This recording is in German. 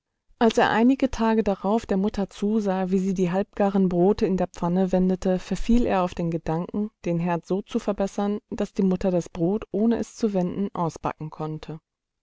als er einige tage darauf der mutter zusah wie sie die halbgaren brote in der pfanne wendete verfiel er auf den gedanken den herd so zu verbessern daß die mutter das brot ohne es zu wenden ausbacken konnte